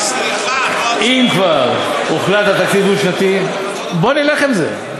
אם כבר הוחלט על תקציב דו-שנתי, בוא נלך עם זה.